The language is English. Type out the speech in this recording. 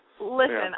listen